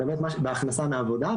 בהכנסה מעבודה.